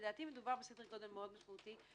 לדעתי, מדובר בסדר גודל מאוד משמעותי.